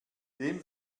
dem